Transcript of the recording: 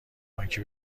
بانکی